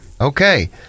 Okay